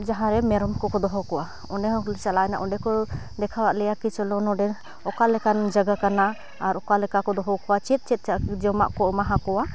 ᱡᱟᱦᱟᱸᱨᱮ ᱢᱮᱨᱚᱢ ᱠᱚᱠᱚ ᱫᱚᱦᱚ ᱠᱚᱣᱟ ᱚᱸᱰᱮᱦᱚᱸᱞᱮ ᱪᱟᱞᱟᱣᱮᱟᱱ ᱚᱸᱰᱮᱠᱚ ᱫᱮᱠᱷᱟᱣᱟᱫᱞᱮᱭᱟ ᱠᱤ ᱪᱚᱞᱚ ᱱᱚᱰᱮ ᱚᱠᱟ ᱞᱮᱠᱟᱱ ᱡᱟᱜᱟ ᱠᱟᱱᱟ ᱟᱨ ᱚᱠᱟᱞᱮᱠᱟᱠᱚ ᱫᱚᱦᱚᱠᱚᱣᱟ ᱪᱮᱫ ᱪᱮᱫ ᱡᱚᱢᱟᱜᱠᱚ ᱮᱢᱟᱦᱟᱠᱚᱣᱟ